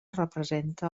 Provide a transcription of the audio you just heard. representa